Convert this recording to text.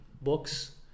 books